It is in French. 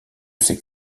ces